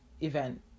event